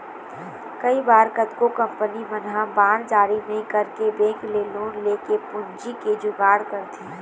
कई बार कतको कंपनी मन ह बांड जारी नइ करके बेंक ले लोन लेके पूंजी के जुगाड़ करथे